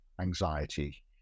anxiety